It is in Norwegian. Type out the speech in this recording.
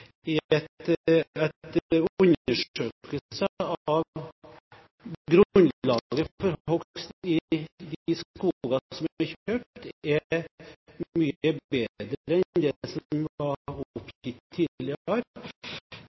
i at en undersøkelse viser at grunnlaget for hogst i de skoger som er kjøpt, er mye bedre enn det som var oppgitt